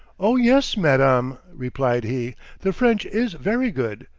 oh, yes, madam, replied he the french is very good,